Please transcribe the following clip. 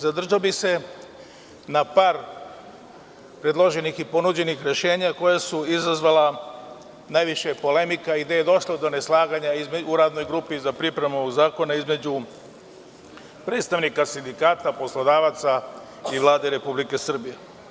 Zadržao bih se na par predloženih i ponuđenih rešenja, koja su izazvala najviše polemika i gde je došlo do neslaganja u Radnoj grupi za pripremu zakona između predstavnika sindikata, poslodavaca i Vlade Republike Srbije.